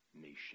nation